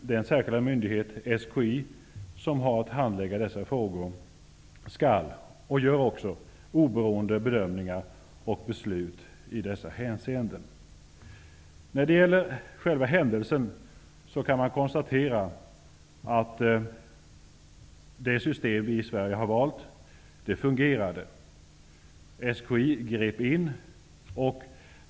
Den särskilda myndighet, SKI, som har att handlägga dessa frågor skall göra oberoende bedömningar och fatta beslut i dessa hänseenden. Så sker också. När det gäller själva händelsen kan man konstatera att det system vi i Sverige har valt fungerade. SKI grep in.